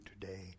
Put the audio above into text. today